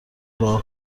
دعا